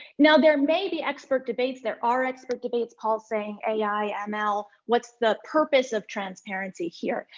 now there may be expert debates, there are expert debates, paul's saying ai, ml, what's the purpose of transparency here,